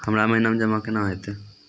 हमरा महिना मे जमा केना हेतै?